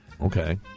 Okay